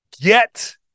get